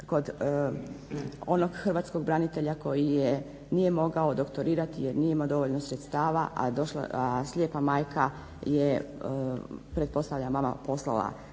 kod onog hrvatskog branitelja koji nije mogao doktorirati jer nije imao dovoljno sredstava, a slijepa majka pretpostavljam vama posla